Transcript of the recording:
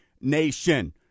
Nation